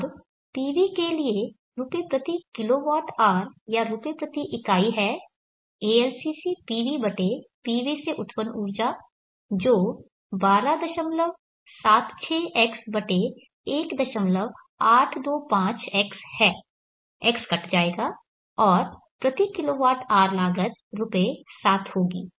अब PV के लिए रु प्रति kWH या रु प्रति इकाई है ALCC PV बटे PV से उत्पन्न ऊर्जा जो 1276x1825x है x कट जाएगा और प्रति kWH लागत रुपए 7 होगी